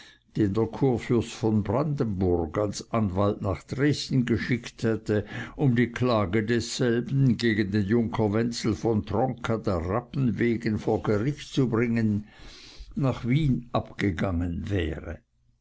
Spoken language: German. der kurfürst von brandenburg als anwalt nach dresden geschickt hätte um die klage desselben gegen den junker wenzel von tronka der rappen wegen vor gericht zu bringen nach wien abgegangen wäre